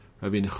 Rabbi